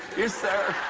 you're sir.